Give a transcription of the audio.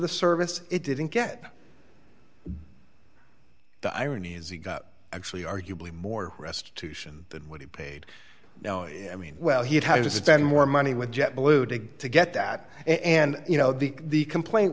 the service it didn't get the irony is he got actually arguably more restitution than what he paid i mean well he'd have to spend more money with jet blue to go to get that and you know the complaint